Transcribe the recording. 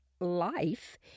life